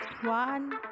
One